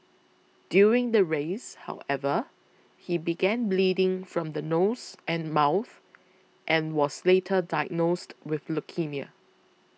during the race however he began bleeding from the nose and mouth and was later diagnosed with leukaemia